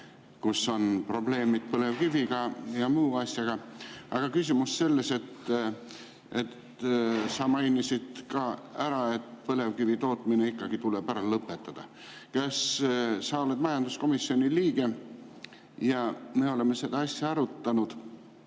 kus on probleemid põlevkivi ja muude asjadega. Aga küsimus on selles, et sa mainisid, et põlevkivi tootmine tuleb ära lõpetada. Sa oled majanduskomisjoni liige ja me oleme seda asja arutanud.